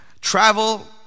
Travel